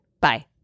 bye